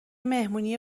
مهمونی